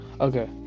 Okay